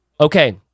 Okay